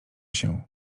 się